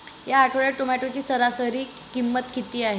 या आठवड्यात टोमॅटोची सरासरी किंमत किती आहे?